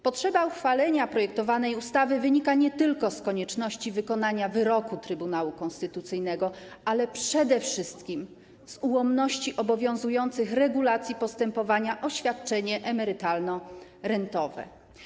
Potrzeba uchwalenia projektowanej ustawy wynika nie tylko z konieczności wykonania wyroku Trybunału Konstytucyjnego, ale przede wszystkim z ułomności obowiązujących regulacji dotyczących postępowania o świadczenie emerytalno-rentowe.